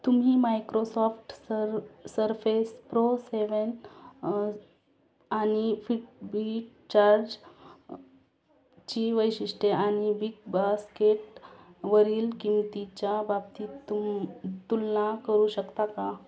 तुम्ही Microsoft sir Surface Pro seven आणि Fitbit Charge ची वैशिष्ट्ये आणि बिगबास्केट वरील किंमतीच्या बाबतीत तुम तुलना करू शकता का